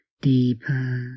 deeper